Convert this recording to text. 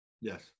Yes